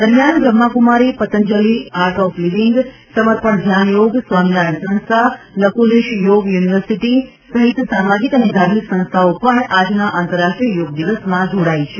દરમિયાન Brahmakumari Patanjali Art of Living Samarpan Dhyan Yog Swaminarayan સંસ્થા Lakulish Yog University સહિત સામાજિક અને ધાર્મિક સંસ્થાઓ પણ આજના આંતરરાષ્ટ્રીય યોગ દિવસમાં જોડાઈ છે